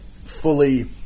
fully